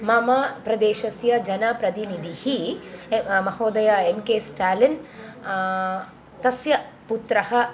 मम प्रदेशस्य जनप्रतिनिधिः ए महोदयः एम् के स्ट्यालिन् तस्य पुत्रः